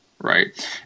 right